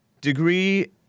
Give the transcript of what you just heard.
degree